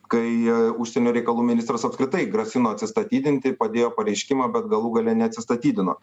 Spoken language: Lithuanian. kai užsienio reikalų ministras apskritai grasino atsistatydinti padėjo pareiškimą bet galų gale neatsistatydino